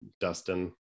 Dustin